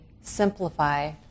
simplify